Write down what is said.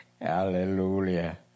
Hallelujah